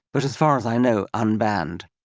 but as far as i know unbanned.